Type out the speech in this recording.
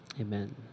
Amen